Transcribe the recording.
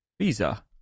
Visa